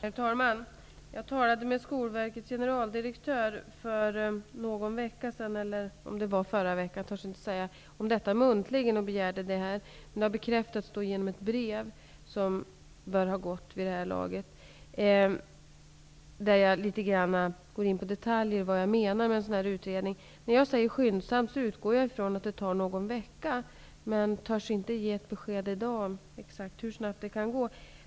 Herr talman! Jag talade med Skolverkets generaldirektör för någon vecka sedan om detta och begärde det muntligt. Det har nu bekräftats genom ett brev, som bör ha gått i väg vid det här laget och där jag litet grand går in på detaljer i fråga om vad jag menar om en sådan utredning. När jag säger ''skyndsamt'' utgår jag ifrån att det tar någon vecka, men jag törs inte i dag ge något besked om exakt hur snabbt det kan gå.